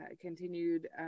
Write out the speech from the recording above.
continued